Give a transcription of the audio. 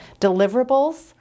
deliverables